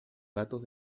datos